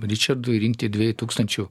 ričardui rinkti dviejų tūkstančių